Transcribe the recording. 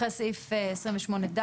אחרי סעיף 28(ד),